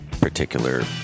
particular